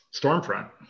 Stormfront